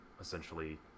essentially